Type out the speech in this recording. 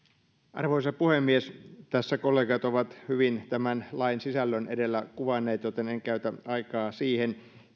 arvoisa puhemies tässä kollegat ovat hyvin tämän lain sisällön edellä kuvanneet joten en käytä aikaa siihen